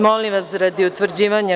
Molim vas radi utvrđivanja